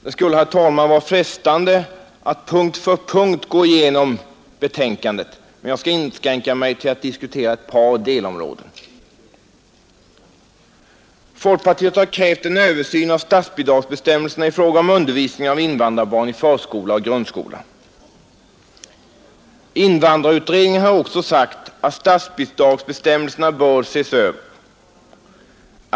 Det skulle, herr talman, vara frestande att punkt för punkt gå igenom betänkandet, men jag skall inskränka mig till att diskutera ett par delområden. Folkpartiet har krävt en översyn av statsbidragsbestämmelserna i fråga om undervisning av invandrarbarn i förskola och grundskola. Invandrarutredningen har också sagt att statsbidragsbestämmelserna bör ses över.